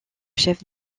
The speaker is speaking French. chef